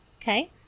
Okay